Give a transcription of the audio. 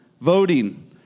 voting